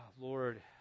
Lord